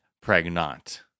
pregnant